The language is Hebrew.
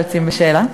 ליוצאים בשאלה.